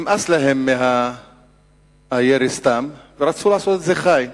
נמאס להם מהירי סתם, ורצו לעשות את זה חי.